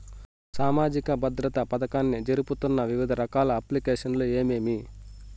సామాజిక భద్రత పథకాన్ని జరుపుతున్న వివిధ రకాల అప్లికేషన్లు ఏమేమి?